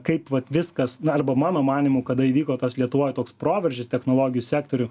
kaip vat viskas na arba mano manymu kada įvyko tas lietuvoj toks proveržis technologijų sektorių